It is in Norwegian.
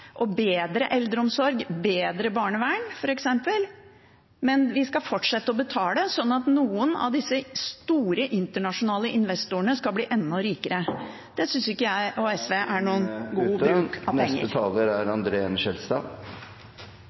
tjenester, bedre eldreomsorg og bedre barnevern, f.eks. Men vi skal fortsette å betale, slik at noen av disse store, internasjonale investorene skal bli enda rikere. Det synes ikke jeg og SV er god bruk av penger. Da er